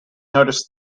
notice